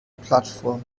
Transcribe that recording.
plattform